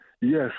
Yes